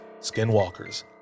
skinwalkers